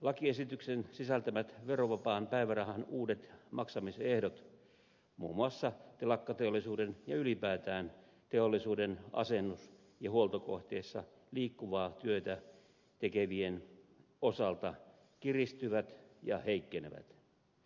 lakiesityksen sisältämät verovapaan päivärahan uudet maksamisehdot muun muassa telakkateollisuuden ja ylipäätään teollisuuden asennus ja huoltokohteissa liikkuvaa työtä tekevien osalta kiristyvät ja heikkenevät